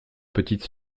petite